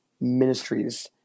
ministries